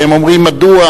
והם אומרים: מדוע,